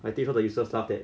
I think 他的 useless stuff that